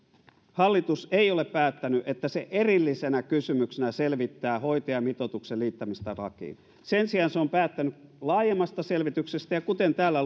hallitus ei ole päättänyt että se erillisenä kysymyksenä selvittää hoitajamitoituksen liittämistä lakiin sen sijaan se on päättänyt laajemmasta selvityksestä ja kuten täällä